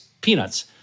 peanuts